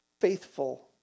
faithful